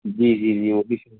جی جی جی وہ بھی